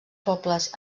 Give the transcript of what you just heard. pobles